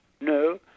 No